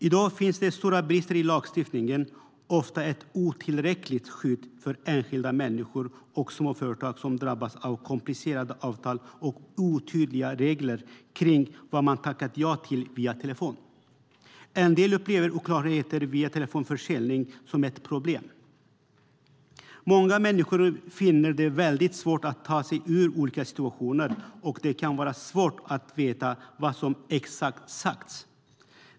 I dag finns det stora brister i lagstiftningen och ofta ett otillräckligt skydd för enskilda människor och småföretag som drabbas av komplicerade avtal och otydliga regler om vad man tackat ja till via telefon. En del upplever oklarheter vid telefonförsäljning som ett problem. Många människor finner det väldigt svårt att ta sig ur olika situationer, och det kan vara svårt att veta vad som exakt har sagts.